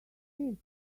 lives